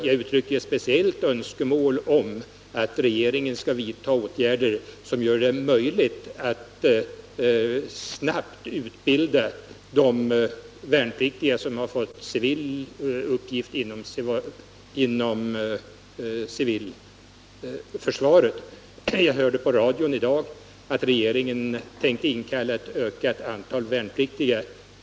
Jag uttryckte speciellt önskemålet att regeringen skall vidta åtgärder som gör det möjligt att snabbt utbilda de värnpliktiga som har fått en uppgift inom civilförsvaret. Jag hörde i radio i dag att regeringen tänker inkalla ett ökat antal värnpliktiga.